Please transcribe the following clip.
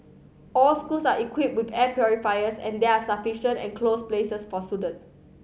all schools are equipped with air purifiers and there are sufficient enclosed places for students